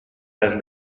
per